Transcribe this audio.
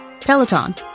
Peloton